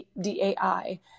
Dai